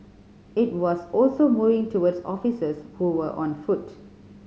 it was also moving towards officers who were on foot